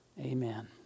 Amen